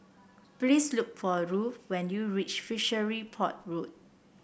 please look for Ruel when you reach Fishery Port Road